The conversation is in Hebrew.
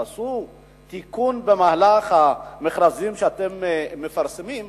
תעשו תיקון במהלך המכרזים שאתם מפרסמים,